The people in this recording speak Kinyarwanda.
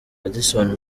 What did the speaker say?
radisson